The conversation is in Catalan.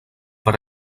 per